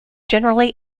generally